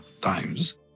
times